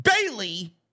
Bailey